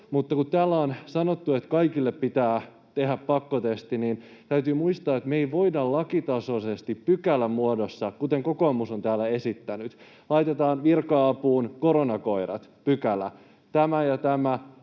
mutta kun täällä on sanottu, että kaikille pitää tehdä pakkotesti, niin täytyy muistaa, että me ei voida lakitasoisesti pykälämuodossa, kuten kokoomus on täällä esittänyt, laittaa Virka-apuun koronakoirapykälää, tämä ja tämä